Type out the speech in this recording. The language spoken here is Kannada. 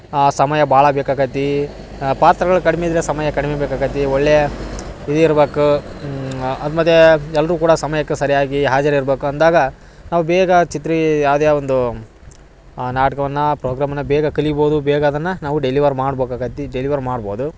ಆ ಸಮಯ ಭಾಳ ಬೇಕಾಗತ್ತಿ ಪಾತ್ರಗಳು ಕಡಿಮೆ ಇದ್ದರೆ ಸಮಯ ಕಡಿಮೆ ಬೇಕಾಗತ್ತಿ ಒಳ್ಳೆಯ ಇದು ಇರ್ಬಕು ಅದು ಮತ್ತೆ ಎಲ್ಲರು ಕೂಡ ಸಮಯಕ್ಕೆ ಸರಿಯಾಗಿ ಹಾಜರು ಇರಬೇಕು ಅಂದಾಗ ನಾವು ಬೇಗ ಚಿದ್ರಿ ಯಾವ್ದ್ಯ ಒಂದು ನಾಟಕವನ್ನ ಪ್ರೋಗ್ರಾಮ್ನ ಬೇಗ ಕಲಿಬೋದು ಬೇಗ ಅದನ್ನ ನಾವು ಡೆಲಿವರ್ ಮಾಡ್ಬೆಕಾಗತ್ತಿ ಡೆಲಿವರ್ ಮಾಡ್ಬೋದು